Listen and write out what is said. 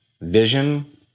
vision